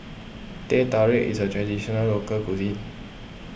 Teh Tarik is a Traditional Local Cuisine